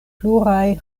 pluraj